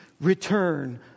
return